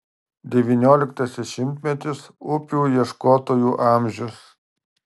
devynioliktasis šimtmetis upių ieškotojų amžius